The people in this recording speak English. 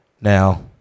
Now